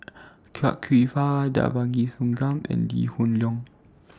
Chia Kwek Fah Devagi Sanmugam and Lee Hoon Leong